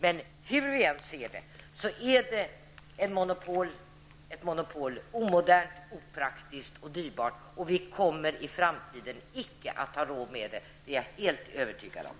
Men hur vi än ser det är det ett monopolet omodernt, opraktiskt och dyrbart, och vi kommer i framtiden icke att ha råd med det. Det är jag helt övertygad om.